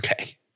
okay